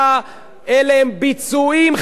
אלה הם ביצועים חברתיים,